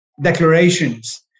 declarations